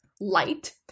light